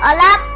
ah la